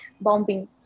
bombing